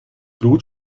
blut